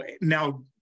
now